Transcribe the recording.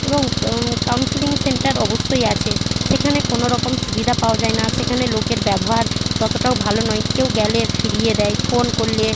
এবং counselling centre অবশ্যই আছে সেখানে কোনো রকম সুবিধা পাওয়া যায় না সেখানে লোকের ব্যবহার ততটাও ভালো নয় কেউ গেলে ফিরিয়ে দেয় ফোন করলে